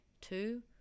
Two